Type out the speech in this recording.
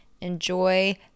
enjoy